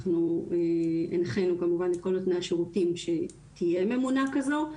אנחנו הנחינו כמובן את כל תנאי השירותים שתהיה ממונה כזו.